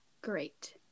great